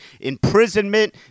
imprisonment